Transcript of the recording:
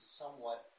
somewhat